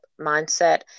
mindset